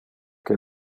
que